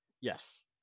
Yes